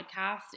podcast